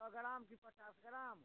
सए ग्राम कि पचास ग्राम